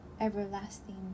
everlasting